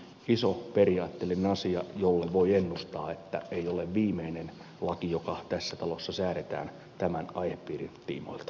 iso periaatteellinen asia jossa voi ennustaa että ei ole viimeinen laki joka tässä talossa säädetään tämän aihepiirin tiimoilta